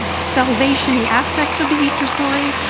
salvation-y aspects of the easter story.